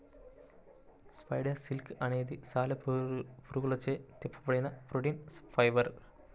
spider silk అనేది సాలెపురుగులచే తిప్పబడిన ప్రోటీన్ ఫైబర్